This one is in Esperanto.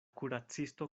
kuracisto